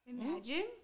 Imagine